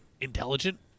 intelligent